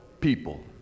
people